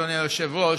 אדוני היושב-ראש,